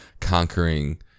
conquering